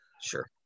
Sure